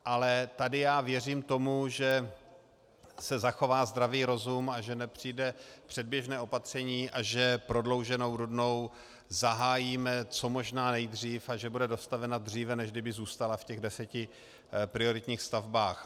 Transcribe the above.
Ale tady já věřím tomu, že se zachová zdravý rozum a že nepřijde předběžné opatření a že prodlouženou Rudnou zahájíme co možná nejdřív a že bude dostavena dříve, než kdyby zůstala v těch deseti prioritních stavbách.